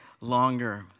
longer